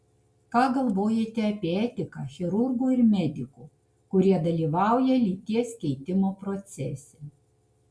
ką galvojate apie etiką chirurgų ir medikų kurie dalyvauja lyties keitimo procese